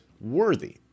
worthy